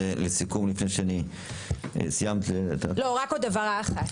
רק עוד הבהרה אחת.